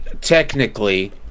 technically